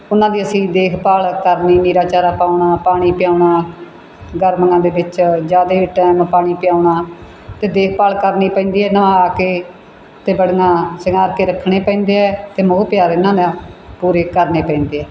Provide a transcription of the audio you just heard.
ਉਹਨਾਂ ਦੀ ਅਸੀਂ ਦੇਖਭਾਲ ਕਰਨੀ ਨੀਰਾ ਚਾਰਾ ਪਾਉਣਾ ਪਾਣੀ ਪਿਲਾਉਣਾ ਗਰਮੀਆਂ ਦੇ ਵਿੱਚ ਜ਼ਿਆਦਾ ਟਾਈਮ ਪਾਣੀ ਪਿਲਾਉਣਾ ਅਤੇ ਦੇਖਭਾਲ ਕਰਨੀ ਪੈਂਦੀ ਹੈ ਨਹਾ ਕੇ ਅਤੇ ਬੜੀਆਂ ਸ਼ਿੰਗਾਰ ਕੇ ਰੱਖਣੇ ਪੈਂਦੇ ਆ ਅਤੇ ਮੋਹ ਪਿਆਰ ਇਹਨਾਂ ਦਾ ਪੂਰੇ ਕਰਨੇ ਪੈਂਦੇ ਆ